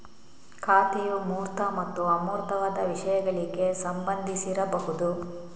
ಖಾತೆಯು ಮೂರ್ತ ಮತ್ತು ಅಮೂರ್ತವಾದ ವಿಷಯಗಳಿಗೆ ಸಂಬಂಧಿಸಿರಬಹುದು